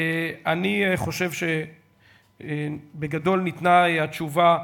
אני חושב שבגדול ניתנה התשובה.